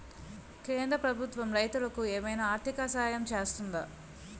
కేంద్ర ప్రభుత్వం రైతులకు ఏమైనా ఆర్థిక సాయం చేస్తుందా?